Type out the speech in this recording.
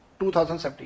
2017